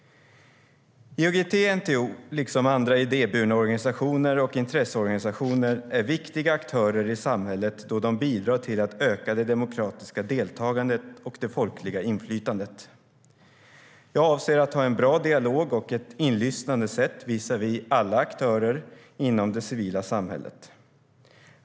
IOGT-NTO och andra idéburna organisationer och intresseorganisationer är viktiga aktörer i samhället då de bidrar till att öka det demokratiska deltagandet och det folkliga inflytandet. Jag avser att ha en bra dialog och ett inlyssnande sätt visavi alla aktörer inom det civila samhället.